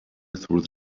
through